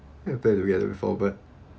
I bet we heard it before but